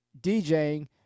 djing